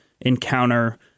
encounter